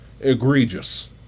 egregious